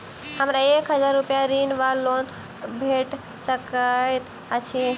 हमरा एक हजार रूपया ऋण वा लोन भेट सकैत अछि?